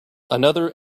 another